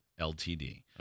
LTD